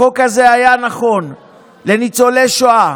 החוק הזה היה נכון לניצולי שואה